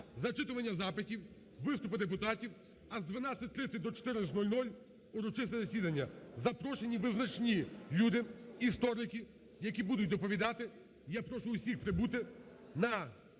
зачитування запитів, виступи депутатів, а з 12:30 до 14:00 – урочисте засідання. Запрошені визначні люди, історики, які будуть доповідати, і я прошу всіх прибути на засідання